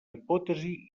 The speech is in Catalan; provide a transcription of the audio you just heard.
hipòtesi